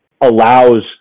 allows